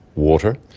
water,